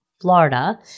Florida